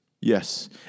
yes